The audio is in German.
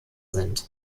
sind